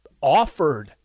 offered